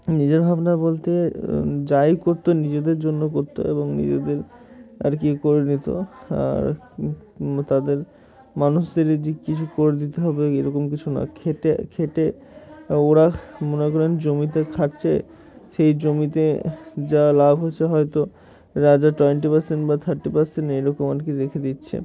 নিজের ভাবনা বলতে যাই করতো নিজেদের জন্য করতো এবং নিজেদের আর কি করে নিত আর তাদের মানুষদেরই যে কিছু করে দিতে হবে এরকম কিছু না খেটে খেটে ওরা মনে করেন জমিতে খাচ্ছে সেই জমিতে যা লাভ হচ্ছে হয়তো রাজা টোয়েন্টি পার্সেন্ট বা থার্টি পার্সেন্ট এরকম আর কি দেখে দিচ্ছে